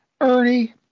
Ernie